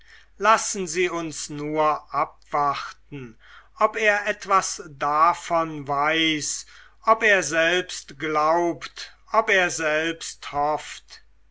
lassen sie uns nur abwarten ob er etwas davon weiß ob er selbst glaubt ob er selbst hofft